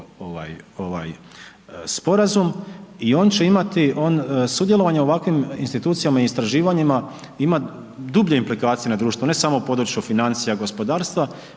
sporazum i on će imati, sudjelovanje u ovakvim institucijama i istraživanjima ima dublje implikacije na društvo, ne samo u području financija, gospodarstva